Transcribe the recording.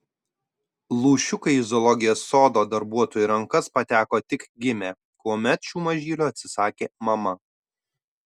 lūšiukai į zoologijos sodo darbuotojų rankas pateko tik gimę kuomet šių mažylių atsisakė mama